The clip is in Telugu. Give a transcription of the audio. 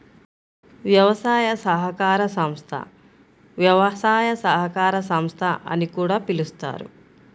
వ్యవసాయ సహకార సంస్థ, వ్యవసాయ సహకార సంస్థ అని కూడా పిలుస్తారు